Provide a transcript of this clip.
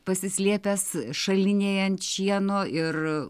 pasislėpęs šalinėje ant šieno ir